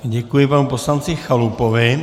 Děkuji panu poslanci Chalupovi.